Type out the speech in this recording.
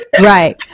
right